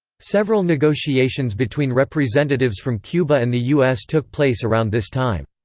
several negotiations between representatives from cuba and the us took place around this time.